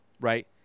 right